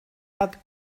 that